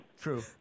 True